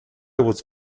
was